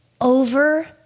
over